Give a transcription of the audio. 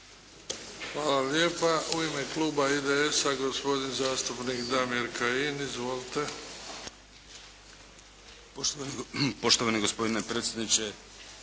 Hvala lijepa. U ime Kluba IDS-a, gospodin zastupnik Damir Kajin. Izvolite. **Kajin, Damir (IDS)** Poštovani gospodine predsjedniče,